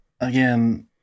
Again